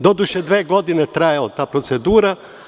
Doduše, dve godine je trajala ta procedura.